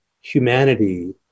humanity